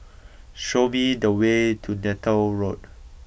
show me the way to Neythal Road